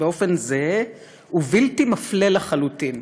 באופן זהה ובלתי מפלה לחלוטין,